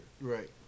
Right